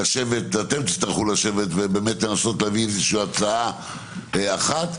אתם תצטרכו לשבת ולנסות להביא הצעה אחת.